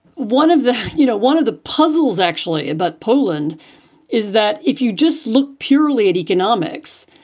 one of the you know, one of the puzzles actually about poland is that if you just look purely at economics,